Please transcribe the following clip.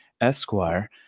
Esquire